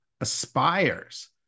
aspires